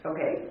Okay